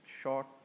short